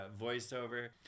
voiceover